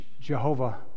jehovah